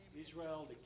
israel